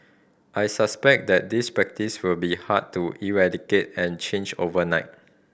I suspect that this practice will be hard to eradicate and change overnight